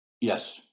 Yes